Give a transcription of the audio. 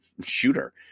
shooter